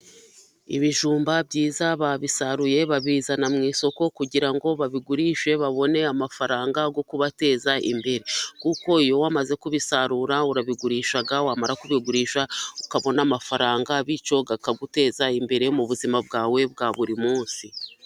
Ibijumba byiza babisaruye babizana mu isoko, kugira ngo babigurishe babone amafaranga yo kubateza imbere, kuko iyo bamaze kubisarura barabigurisha bamara kubigurisha bakabona amafaranga, bityo akabateza imbere mu buzima bwabo bwa buri munsi.